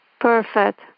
Perfect